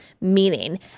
meaning